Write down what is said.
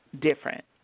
different